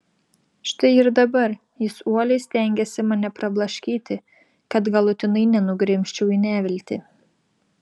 štai ir dabar jis uoliai stengiasi mane prablaškyti kad galutinai nenugrimzčiau į neviltį